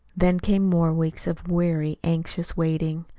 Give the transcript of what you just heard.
then came more weeks of weary, anxious waiting.